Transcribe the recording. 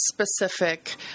specific